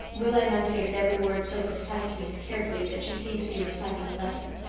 rilla enunciated every word so precisely and carefully that she seemed to be reciting a lesson.